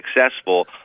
successful